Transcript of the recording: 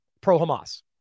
pro-Hamas